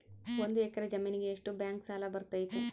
ಒಂದು ಎಕರೆ ಜಮೇನಿಗೆ ಎಷ್ಟು ಬ್ಯಾಂಕ್ ಸಾಲ ಬರ್ತೈತೆ?